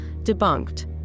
debunked